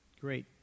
great